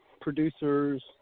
producers